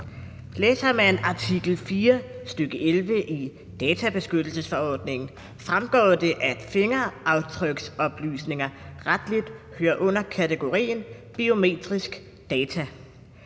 Læser man artikel 4, stk. 11, i databeskyttelsesforordningen, fremgår det, at fingeraftryksoplysninger rettelig hører under kategorien biometrisk data.